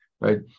right